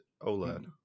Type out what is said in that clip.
OLED